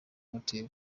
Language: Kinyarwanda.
hotel